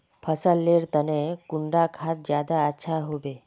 फसल लेर तने कुंडा खाद ज्यादा अच्छा सोबे?